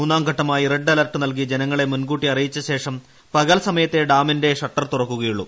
മൂന്നാംഘട്ടമായി red alert നൽകി ജനങ്ങളെ മുൻകൂട്ടി അറിയിച്ചശേഷം പകൽ സമയത്തേ ഡാമിന്റെ ഷട്ടർ തുറക്കുകയുള്ളൂ